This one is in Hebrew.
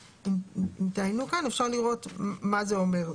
אם תעיינו כאן, אפשר לראות מה זה אומר.